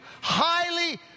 highly